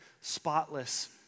spotless